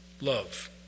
love